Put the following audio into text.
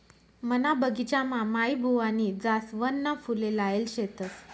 मना बगिचामा माईबुवानी जासवनना फुले लायेल शेतस